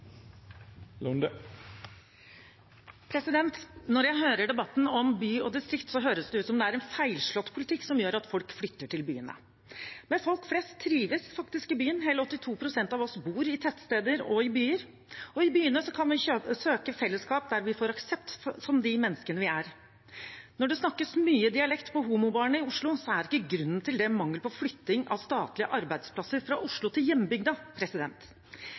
Når jeg hører debatten om by og distrikt, høres det ut som det er en feilslått politikk som gjør at folk flytter til byene. Men folk flest trives faktisk i byen, hele 82 pst. av oss bor i tettsteder og i byer, og i byene kan vi søke fellesskap der vi får aksept som de menneskene vi er. Når det snakkes mye dialekt på homobaren i Oslo, er ikke grunnen til det mangel på flytting av statlige arbeidsplasser fra Oslo til